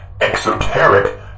exoteric